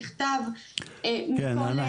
בכתב מכל חבר.